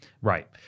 right